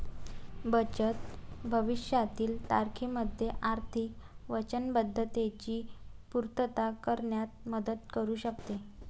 बचत भविष्यातील तारखेमध्ये आर्थिक वचनबद्धतेची पूर्तता करण्यात मदत करू शकते